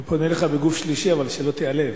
אני פונה אליך בגוף שלישי, אז שלא תיעלב.